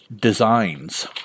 Designs